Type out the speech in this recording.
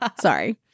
sorry